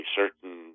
certain